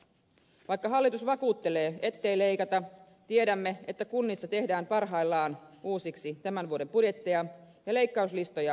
vaikka hallitus vakuuttelee ettei leikata tiedämme että kunnissa tehdään parhaillaan uusiksi tämän vuoden budjetteja ja leikkauslistoja laaditaan